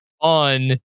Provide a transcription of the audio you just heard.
on